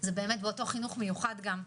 זה באמת באותו חינוך מיוחד גם,